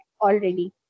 already